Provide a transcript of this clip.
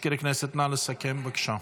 מזכיר הכנסת, נא לסכם, בבקשה.